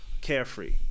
carefree